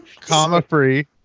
comma-free